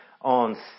on